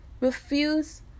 refuse